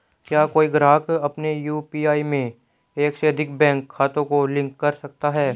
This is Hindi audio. क्या कोई ग्राहक अपने यू.पी.आई में एक से अधिक बैंक खातों को लिंक कर सकता है?